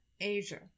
Asia